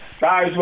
guys